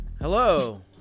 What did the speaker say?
Hello